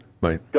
right